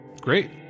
Great